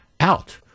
out